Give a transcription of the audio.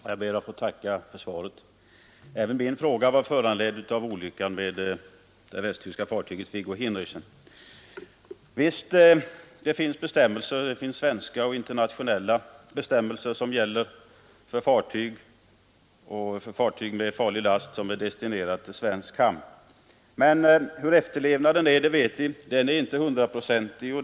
Herr talman! Jag ber att få tacka för svaret. Även min fråga var föranledd av olyckan med det västtyska fartyget Viggo Hinrichsen. Visst finns det bestämmelser, både svenska och internationella, som gäller för fartyg med farlig last destinerat till svensk hamn, men vi vet hurudan efterlevnaden av de bestämmelserna är. Den är inte hundraprocentig.